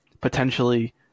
potentially